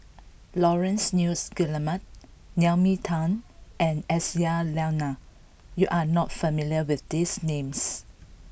Laurence Nunns Guillemard Naomi Tan and Aisyah Lyana you are not familiar with these names